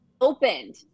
opened